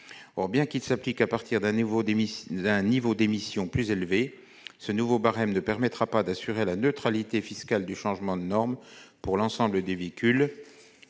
Or, bien qu'il s'applique à partir d'un niveau d'émissions plus élevé, ce nouveau barème ne permettra pas d'assurer la neutralité fiscale du changement de norme pour l'ensemble des véhicules.